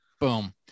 Boom